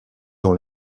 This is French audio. dans